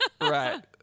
Right